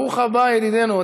ברוך הבא, ידידנו.